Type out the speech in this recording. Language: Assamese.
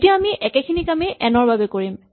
এতিয়া আমি একেখিনি কামেই এন ৰ বাবে কৰিম